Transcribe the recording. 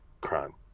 crime